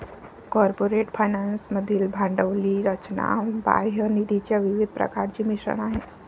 corporate finance मधील भांडवली रचना बाह्य निधीच्या विविध प्रकारांचे मिश्रण आहे